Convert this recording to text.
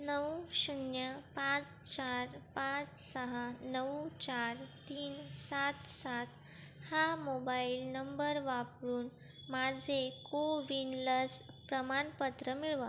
नऊ शून्य पाच चार पाच सहा नऊ चार तीन सात सात हा मोबाईल नंबर वापरून माझे कोविन लस प्रमाणपत्र मिळवा